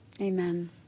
Amen